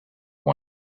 one